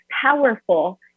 powerful